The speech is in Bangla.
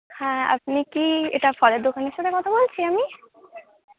হ্যাঁ আপনি কি এটা ফলের দোকানের সাথে কথা বলছি আমি